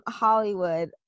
hollywood